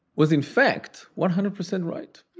was in fact one hundred percent right